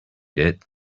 did